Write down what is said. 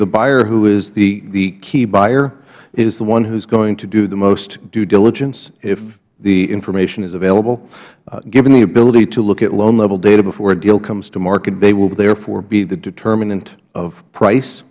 the buyer who is the key buyer is the one who is going to do the most due diligence if the information is available given the ability to look at loan level data before a deal comes to market they will therefore be the determinant of price